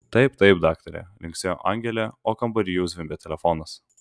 taip taip daktare linksėjo angelė o kambary jau zvimbė telefonas